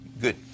good